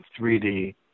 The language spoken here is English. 3D